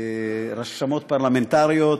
רשמות פרלמנטריות,